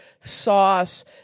sauce